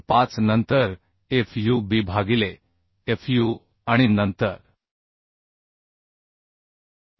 25 नंतर Fu b भागिले Fu आणि नंतर 1